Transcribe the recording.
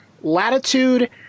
latitude